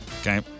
Okay